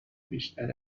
بیشتر